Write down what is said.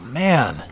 man